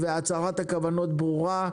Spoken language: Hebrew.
והצהרת הכוונות ברורה.